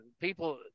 People